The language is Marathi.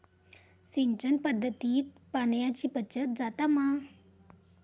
सिंचन पध्दतीत पाणयाची बचत जाता मा?